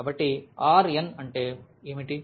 కాబట్టి R n అంటే ఏమిటి